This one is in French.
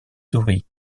souris